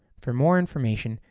for more information,